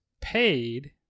paid